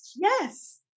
yes